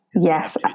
yes